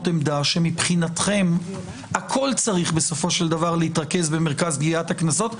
עמדה שמבחינתכם הכול צריך בסופו של דבר להתרכז במרכז גביית הקנסות,